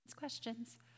questions